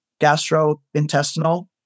gastrointestinal